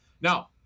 Now